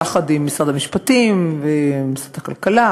יחד עם משרד המשפטים ועם משרד הכלכלה,